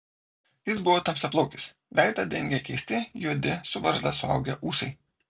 jis buvo tamsiaplaukis veidą dengė keisti juodi su barzda suaugę ūsai